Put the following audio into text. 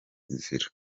inzira